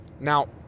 Now